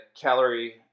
calorie